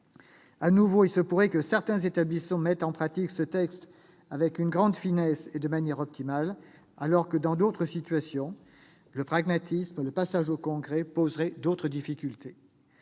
De nouveau, il se pourrait que certains établissements mettent en pratique ce texte avec une grande finesse et de manière optimale, alors, que dans d'autres situations, le pragmatisme et le passage au concret poseraient d'autres difficultés.